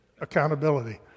Accountability